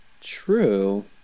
true